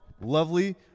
lovely